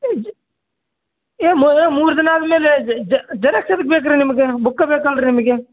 ಏಯ್ ಮೂರು ದಿನ ಆದ ಮೇಲೆ ಜೆರಾಕ್ಸ್ ಎದಕ್ ಬೇಕು ರೀ ನಿಮಗೆ ಬುಕ್ಕ ಬೇಕಲ್ರೀ ನಿಮಗೆ